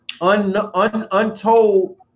untold